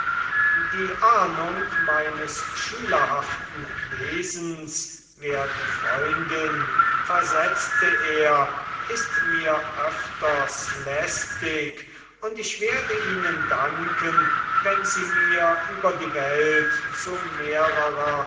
die ahnung meines schülerhaften wesens werte freundin versetzte er ist mir öfters lästig und ich werde ihnen danken wenn sie mir über die welt zu mehrerer